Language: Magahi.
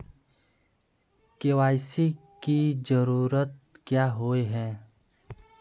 के.वाई.सी की जरूरत क्याँ होय है?